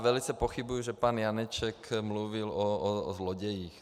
Velice pochybuji, že pan Janeček mluvil o zlodějích.